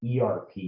erp